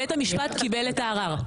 בית המשפט קיבל את הערר.